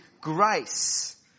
grace